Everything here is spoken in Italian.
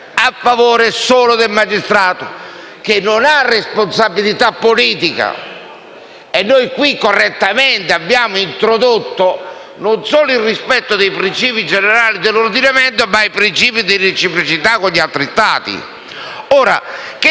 a favore solo del magistrato, che non ha responsabilità politica. Ma noi qui, correttamente, abbiamo introdotto non solo il rispetto dei principi generali dell'ordinamento, ma i principi di reciprocità con gli altri Stati.